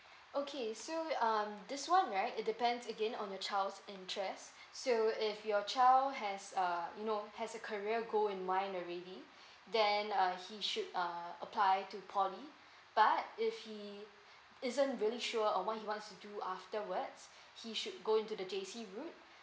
okay so um this one right it depends again on your child's interest so if your child has a you know has a career goal in mind already then uh he should uh apply to poly but if he isn't really sure on what he wants do afterwards he should go into the J_C route